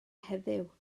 heddiw